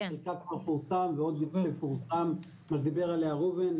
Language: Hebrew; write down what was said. שיפורסם כבר דיבר עליה ראובן,